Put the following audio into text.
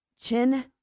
Chin